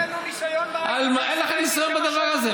אין לנו ניסיון, אין לכם ניסיון בדבר הזה.